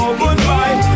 goodbye